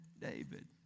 David